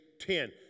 ten